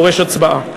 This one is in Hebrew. דורש הצבעה.